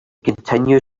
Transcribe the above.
continue